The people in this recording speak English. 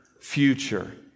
future